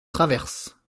traverse